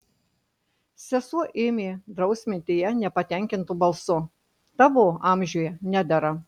sesuo ėmė drausminti ją nepatenkintu balsu tavo amžiuje nedera